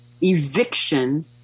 eviction